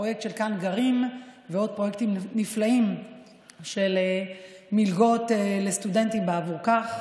הפרויקט "כאן גרים" ועוד פרויקטים נפלאים של מלגות לסטודנטים בעבור זה.